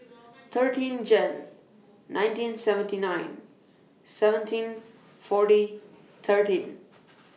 thirteen Jane nineteen seventy nine seventeen forty thirteen